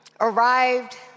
arrived